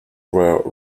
were